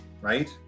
right